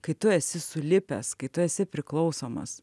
kai tu esi sulipęs kai tu esi priklausomas